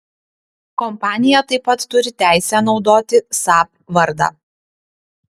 kompanija taip pat turi teisę naudoti saab vardą